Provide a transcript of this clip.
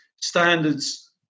standards